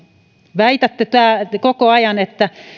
väitätte koko ajan että